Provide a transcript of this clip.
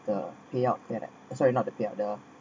the payout that I sorry not the payout the